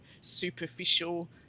superficial